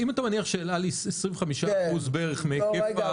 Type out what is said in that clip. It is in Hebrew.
אם אתה מניח שאל על היא 25% בערך מהיקף הטיסות --- כן.